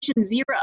zero